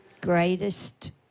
Greatest